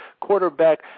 Quarterback